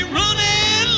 running